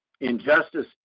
Injustice